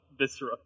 Viscera